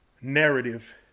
narrative